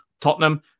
Tottenham